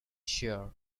sure